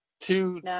two